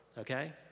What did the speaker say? okay